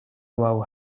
allow